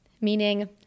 Meaning